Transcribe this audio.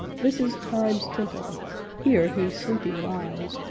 this is time's temple here he sleepy lies,